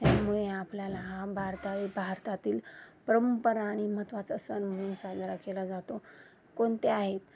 त्यामुळे आपल्याला हा भारता भारतातील परंपरा आणि महत्त्वाचा सण म्हणून साजरा केला जातो कोणत्या आहेत